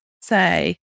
say